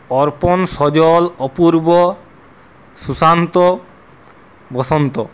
Arpan Sajal Apurba Sushant Basanta